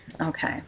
okay